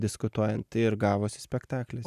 diskutuojant tai ir gavosi spektaklis